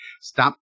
stop